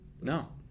No